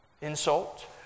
Insult